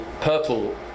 purple